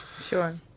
Sure